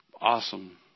Awesome